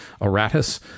Aratus